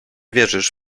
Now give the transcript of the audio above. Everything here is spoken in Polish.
wierzysz